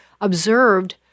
observed